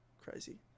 Crazy